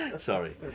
Sorry